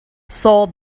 saw